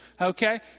Okay